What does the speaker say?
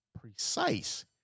precise